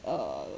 err